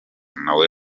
nawe